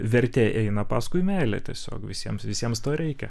vertė eina paskui meilę tiesiog visiems visiems to reikia